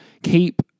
keep